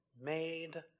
made